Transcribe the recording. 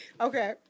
Okay